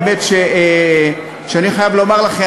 באמת שאני חייב לומר לכם,